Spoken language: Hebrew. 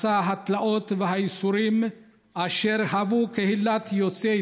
מסע התלאות והייסורים אשר חוו קהילת יוצאי